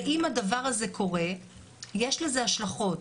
ואם הדבר הזה קורה יש לזה השלכות.